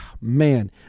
man